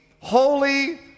holy